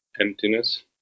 emptiness